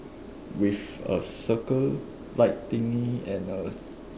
with a circle like thingy and a